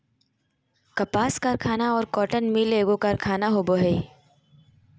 कपास कारखाना और कॉटन मिल एगो कारखाना होबो हइ